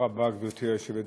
תודה רבה, גברתי היושבת בראש,